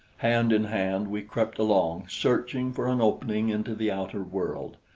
hand in hand we crept along, searching for an opening into the outer world,